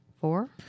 Four